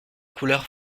couleurs